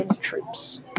troops